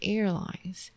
Airlines